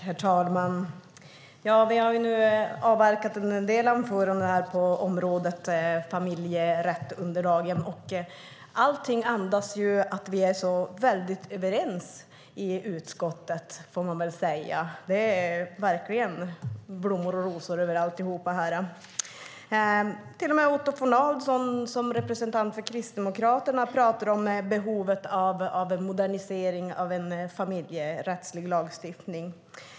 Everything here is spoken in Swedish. Herr talman! Vi har nu avverkat en del anföranden på området familjerätt under dagen, och allting har en anda att vi är väldigt överens i utskottet. Det är verkligen blommor och rosor över alltihop! Till och med Otto von Arnold som representant för Kristdemokraterna talar om behovet av en modernisering av den familjerättsliga lagstiftningen.